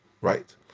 Right